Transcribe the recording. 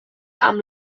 amb